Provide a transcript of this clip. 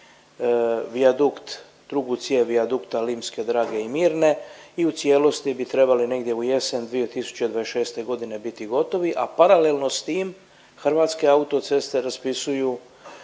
vijadukt, drugu cijev vijadukta Limske drage i Mirne i u cijelosti bi trebali negdje u jesen 2026. godine biti gotovi, a paralelno s tim Hrvatske autoceste raspisuju